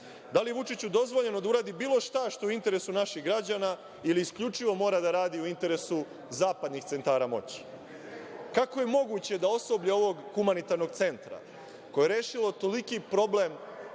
Da li je Vučiću dozvoljeno da uradi bilo šta što je u interesu naših građana ili isključivo mora da radi u interesu zapadnih centara moći? Kako je moguće da osoblje ovog humanitarnog centra, koje je rešilo toliki problem